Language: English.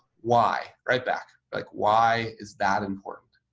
why? right back like why is that important?